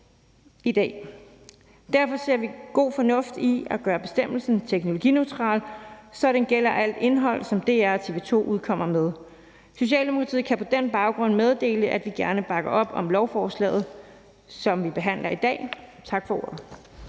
Derfor ser vi god fornuft i at gøre bestemmelsen teknologineutral, så den gælder alt indhold, som DR og TV 2 udkommer med. Socialdemokratiet kan på den baggrund meddele, at vi gerne bakker op om lovforslaget, som vi behandler i dag. Tak for ordet.